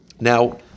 Now